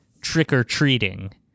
trick-or-treating